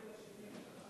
תם